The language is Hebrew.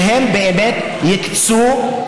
שהם באמת יקצו,